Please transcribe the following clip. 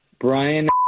Brian